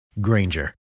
Granger